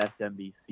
MSNBC